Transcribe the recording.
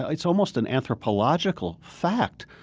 it's almost an anthropological fact.